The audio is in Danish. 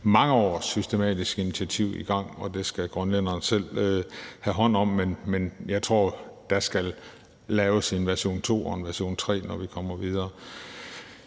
mange års systematisk initiativ i gang, og det skal grønlænderne selv tage hånd om. Men jeg tror, at der skal laves en version 2 og en version 3, når vi kommer videre.